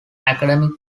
academic